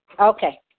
Okay